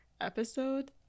episode